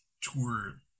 tour